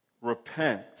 repent